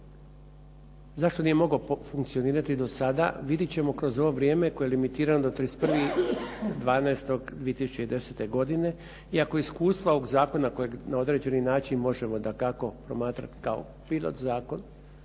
Zašto nije mogao funkcionirati do sada vidjet ćemo kroz ovo vrijeme koje je limitirano do 31.12.2010. iako iskustva ovog zakona kojeg na određeni način možemo dakako promatrat kao pilot zakon,